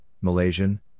Malaysian